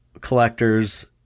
collectors